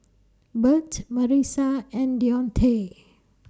Bert Marisa and Dionte